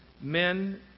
men